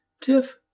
Tiff